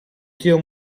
zio